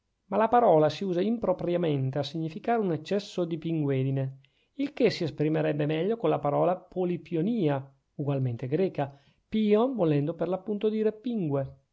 ma la parola si usa impropriamente a significare un eccesso di pinguedine il che si esprimerebbe meglio con la parola polipionìa ugualmente greca pion volendo per l'appunto dir